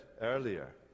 earlier